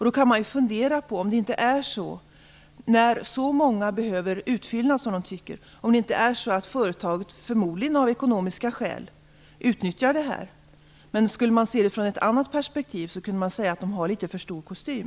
Då kan man fundera på om det inte så - när så många behöver utfyllnad - att företaget, förmodligen av ekonomiska skäl, utnyttjar det här. Skulle man se det i ett annat perspektiv kunde man säga att det har litet för stor kostym.